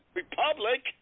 republic